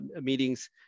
meetings